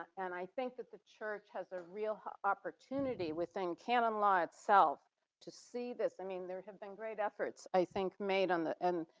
and i think that the church has a real opportunity within canon law itself to see this. i mean, there have been great efforts, i think made on the end.